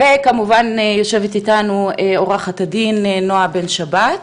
וכמובן יושבת איתנו עו"ד נועה בן שבת.